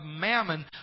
Mammon